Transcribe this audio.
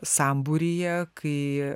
sambūryje kai